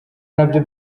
nabyo